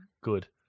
Good